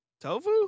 Tofu